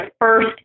first